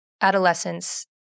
adolescence